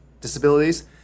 disabilities